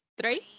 Three